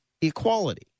equality